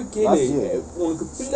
last year